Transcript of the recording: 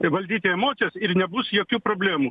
valdyti emocijas ir nebus jokių problemų